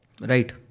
Right